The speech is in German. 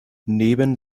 neben